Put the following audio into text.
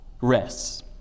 rests